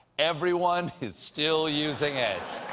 everyone is still using it.